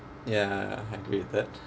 ya I agree with that